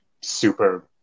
super